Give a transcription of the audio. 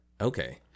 Okay